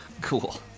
Cool